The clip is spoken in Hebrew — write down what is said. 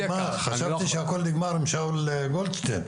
חשבתי שהכל נגמר עם שאול גולדשטיין,